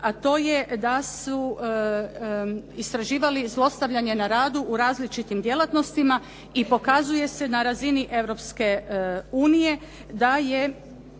a to je da su istraživali zlostavljanje na radu u različitim djelatnostima i pokazuje se na razini Europske unije da je